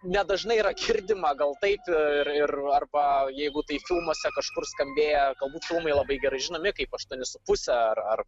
nedažnai yra girdima gal taip ir ir arba jeigu tai filmuose kažkur skambėję galbūt filmai labai gerai žinomi kaip aštuoni su puse ar ar